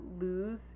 Lose